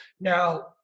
Now